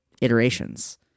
iterations